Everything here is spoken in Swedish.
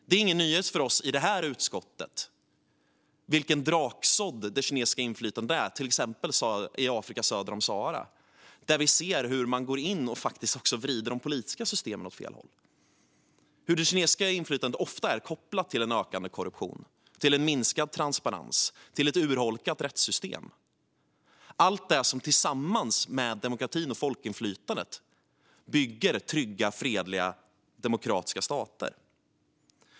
Det är ingen nyhet för oss i detta utskott vilken draksådd det kinesiska inflytandet är i till exempel Afrika söder om Sahara, där vi ser hur man går in och faktiskt vrider de politiska systemen åt fel håll och hur det kinesiska inflytandet ofta är kopplat till en ökande korruption, till en minskad transparens och till ett urholkat rättssystem - allt det som tillsammans med demokratin och folkinflytandet ska bygga trygga, fredliga och demokratiska stater.